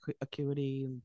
Acuity